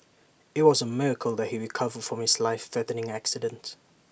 IT was A miracle that he recovered from his life threatening accident